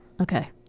Okay